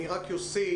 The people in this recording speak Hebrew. אני רק אוסיף,